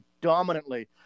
dominantly